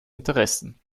interessen